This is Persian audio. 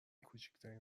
کوچکترین